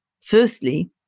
firstly